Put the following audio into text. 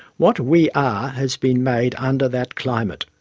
what we are has been made under that climate.